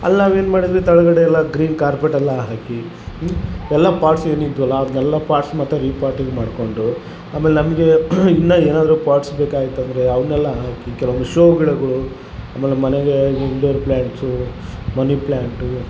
ಅಲ್ನಾವು ಏನು ಮಾಡಿದ್ವಿ ಕೆಳ್ಗಡೆಯಲ್ಲ ಗ್ರೀನ್ ಕಾರ್ಪೆಟ್ ಎಲ್ಲ ಹಾಕಿ ಎಲ್ಲ ಪಾಟ್ಸ್ ಏನು ಇದ್ವಲ ಅದನ್ನೆಲ್ಲ ಪಾರ್ಟ್ಸ್ ಮತ್ತು ರಿಪಾಟಿಂಗ್ ಮಾಡಿಕೊಂಡು ಆಮೇಲೆ ನಮಗೆ ಇನ್ನು ಏನಾದರು ಪಾರ್ಟ್ಸ್ ಬೆಕಾಯ್ತು ಅಂದರೆ ಅವನ್ನೆಲ್ಲಾ ಕೆಲವೊಂದು ಶೋ ಗಿಡಗಳು ಆಮೇಲೆ ನಮ್ಮಮನೆಗೇ ಇಂಡೋರ್ ಪ್ಲ್ಯಾಂಟ್ಸು ಮನೆ ಪ್ಲ್ಯಾಂಟು